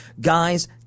Guys